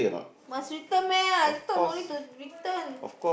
must return meh I thought don't need to return